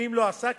ואם לא עשה כן,